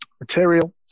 material